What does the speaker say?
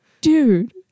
Dude